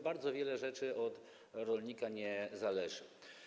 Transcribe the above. Bardzo wiele rzeczy od rolnika nie zależy.